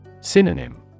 Synonym